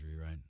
right